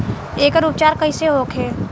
एकर उपचार कईसे होखे?